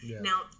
Now